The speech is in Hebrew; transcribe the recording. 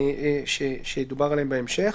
שידובר עליו בהמשך.